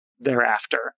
thereafter